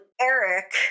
Eric